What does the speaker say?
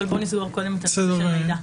אבל בוא נסגור קודם את הסעיף של מידע.